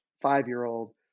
five-year-old